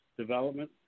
development